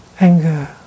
anger